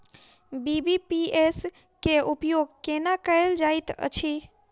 BBPS केँ उपयोग केना कएल जाइत अछि?